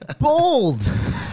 Bold